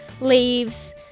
leaves